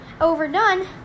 overdone